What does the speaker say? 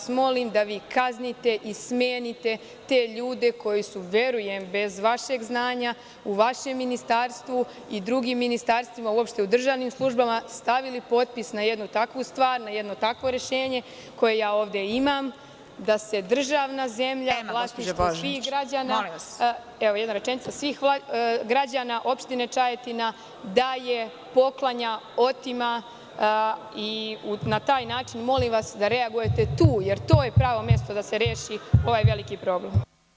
Molim vas da kaznite i smenite te ljude koji su, verujem, bez vašeg znanja u vašem ministarstvu i drugim ministarstvima, uopšte u državnim službama, stavili potpis na jednu takvu stvar, na jedno takvo rešenje koje ja ovde imam, da se državna zemlja u vlasništvu svih građana… (Predsedavajuća: Tema.) Evo, jedna rečenica… svih građana opštine Čajetina daje, poklanja, otima i na taj način molim vas da reagujete tu, jer to je pravo mesto da se reši ovaj veliki problem.